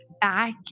back